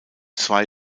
zwei